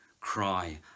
cry